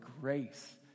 grace